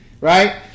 Right